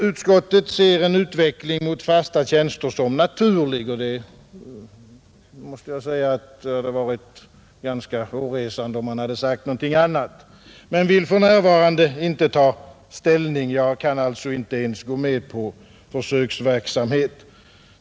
Utskottet ser en utveckling mot fasta tjänster som naturlig — och det hade varit ganska hårresande om man hade sagt någonting annat — men vill för närvarande inte ta ställning. Man kan alltså inte ens gå med på försöksverksamhet.